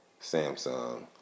Samsung